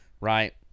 Right